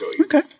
Okay